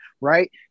Right